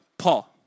Paul